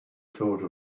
thought